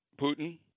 Putin